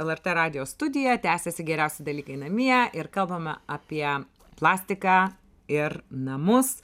lrt radijo studiją tęsiasi geriausi dalykai namie ir kalbame apie plastiką ir namus